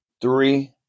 Three